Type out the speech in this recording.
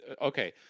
Okay